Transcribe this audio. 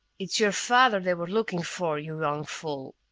it's your father they were looking for, you young fool,